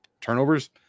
turnovers